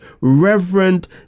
Reverend